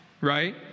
right